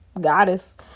goddess